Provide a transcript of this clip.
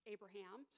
Abraham